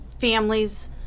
families